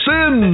Sin